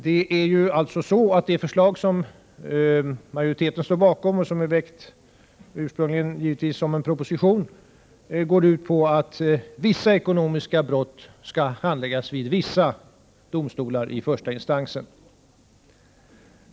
Det förslag som majoriteten står bakom, och som ursprungligen givetvis är väckt i en proposition, går ut på att vissa ekonomiska brott i första instans skall handläggas vid vissa domstolar.